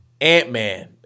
Ant-Man